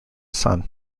son